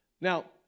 Now